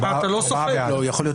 מי נמנע?